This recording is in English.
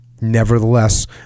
Nevertheless